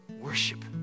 Worship